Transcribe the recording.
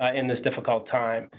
ah in this difficult time.